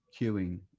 queuing